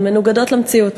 מנוגדות למציאות.